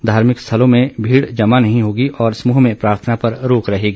धार्मिक स्थलों में भीड़ जमा नहीं होगी और समूह में प्रार्थना पर रोक रहेगी